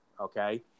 Okay